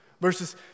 verses